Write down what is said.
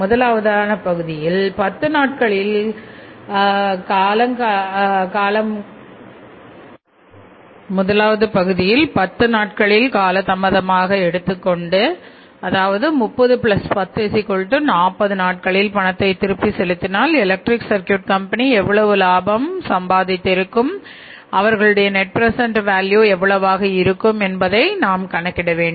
முதலாவது பகுதியில் பத்து நாட்களில் காலதாமதமாக எடுத்துக்கொண்டு அதாவது 301040 நாட்களில் பணத்தை திருப்பி செலுத்தினால் எலெக்ட்ரிக் சர்கியூட் கம்பெனி எவ்வளவு லாபம் கிடைக்கும் அவர்களுடைய நெட் பிரசெண்ட் வேல்யூ எவ்வளவாக இருக்கும் என்பதை கணக்கிட வேண்டும்